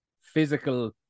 physical